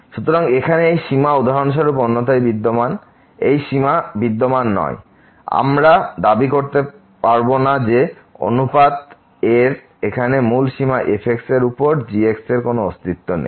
সুতরাং এখানে এই সীমা উদাহরণস্বরূপ অন্যথায় বিদ্যমান এই সীমা বিদ্যমান নয় আমরা দাবি করতে পারবো না যে অনুপাত এর এখানে মূল সীমা f এর উপর g এর কোন অস্তিত্ব নেই